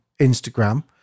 instagram